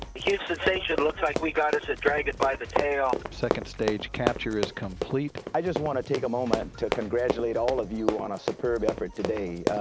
houston, station looks like we've got us a dragon by the tail. second stage capture is complete. i just want to take a moment to congratulate all of you on a superb effort today.